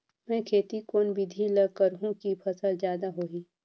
मै खेती कोन बिधी ल करहु कि फसल जादा होही